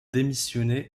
démissionner